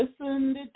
listened